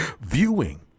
viewing